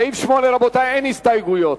סעיף 8, אין הסתייגויות.